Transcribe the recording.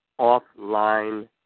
offline